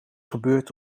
gebeurd